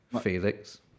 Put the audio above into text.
Felix